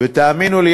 ותאמינו לי,